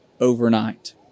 overnight